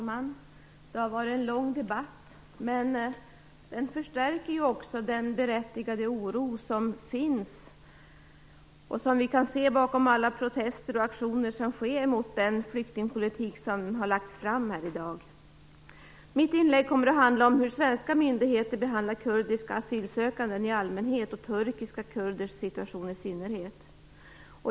Fru talman! Det har varit en lång debatt. Den förstärker också den berättigade oro som finns och som vi kan se bakom alla protester och aktioner mot den flyktingpolitik som har lagts fram här i dag. Mitt inlägg kommer att handla om hur svenska myndigheter behandlar kurdiska asylsökande i allmänhet och turkiska kurders situation i synnerhet.